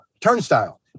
Turnstile